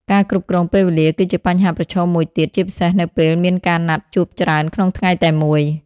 ការគ្រប់គ្រងពេលវេលាគឺជាបញ្ហាប្រឈមមួយទៀត ជាពិសេសនៅពេលមានការណាត់ជួបច្រើនក្នុងថ្ងៃតែមួយ។